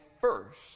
first